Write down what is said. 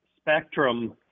spectrum